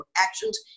actions